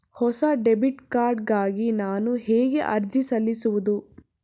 ಹೊಸ debit card ಗಾಗಿ ನಾನು ಹೇಗೆ ಅರ್ಜಿ ಸಲ್ಲಿಸುವುದು?